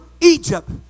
Egypt